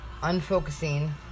unfocusing